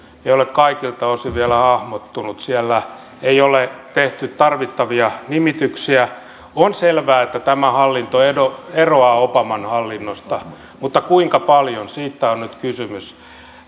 ole kaikilta osin vielä hahmottunut siellä ei ole tehty tarvittavia nimityksiä on selvää että tämä hallinto eroaa eroaa obaman hallinnosta mutta kuinka paljon siitä on nyt kysymys